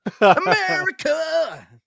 America